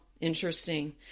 interesting